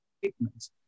statements